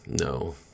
No